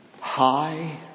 high